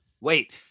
Wait